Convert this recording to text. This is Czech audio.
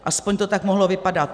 Aspoň to tak mohlo vypadat.